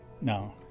No